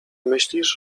myślisz